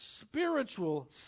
spiritual